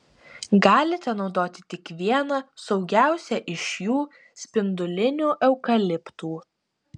galite naudoti tik vieną saugiausią iš jų spindulinių eukaliptų